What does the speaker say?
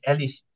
Alice